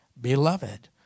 beloved